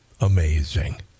amazing